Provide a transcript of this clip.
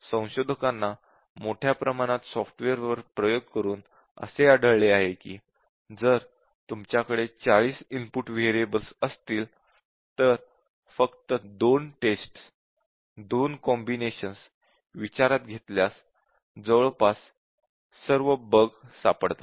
संशोधकांना मोठ्या प्रमाणात सॉफ्टवेअर वर प्रयोग करून असे आढळले आहे की जर तुमच्याकडे 40 इनपुट व्हेरिएबल्स असतील तर फक्त 2 टेस्टस 2 कॉम्बिनेशन्स विचारात घेतल्यास जवळजवळ सर्व बग सापडतात